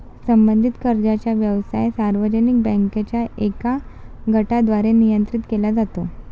संबंधित कर्जाचा व्यवसाय सार्वजनिक बँकांच्या एका गटाद्वारे नियंत्रित केला जातो